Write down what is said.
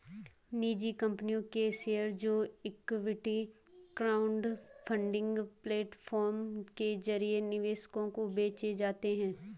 निजी कंपनियों के शेयर जो इक्विटी क्राउडफंडिंग प्लेटफॉर्म के जरिए निवेशकों को बेचे जाते हैं